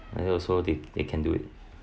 and then also they they can do it